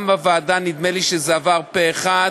גם בוועדה נדמה לי שזה עבר פה-אחד.